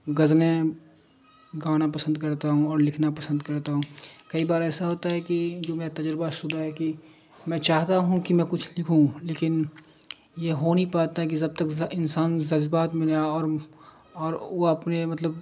غزلیں گانا پسند کرتا ہوں اور لکھنا پسند کرتا ہوں کئی بار ایسا ہوتا ہے کہ جو میرا تجربہ شدہ ہے کہ میں چاہتا ہوں کہ میں کچھ لکھوں لیکن یہ ہو نہیں پاتا کہ جب تک انسان جذبات میں لیا اور اور وہ اپنے مطلب